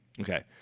Okay